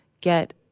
get